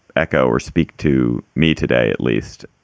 echo or speak to me today at least.